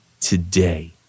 today